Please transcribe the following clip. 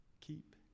keep